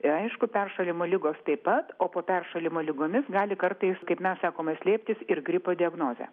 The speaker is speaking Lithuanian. aišku peršalimo ligos taip pat o po peršalimo ligomis gali kartais kaip mes sakome slėptis ir gripo diagnozė